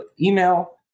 email